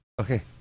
Okay